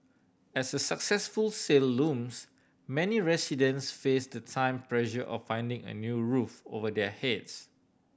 as a successful sale looms many residents face the time pressure of finding a new roof over their heads